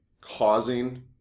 causing